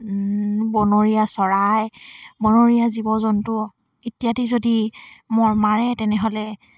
বনৰীয়া চৰাই বনৰীয়া জীৱ জন্তু ইত্যাদি যদি ম মাৰে তেনেহ'লে